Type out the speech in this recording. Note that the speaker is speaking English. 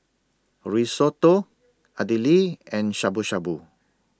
Risotto Idili and Shabu Shabu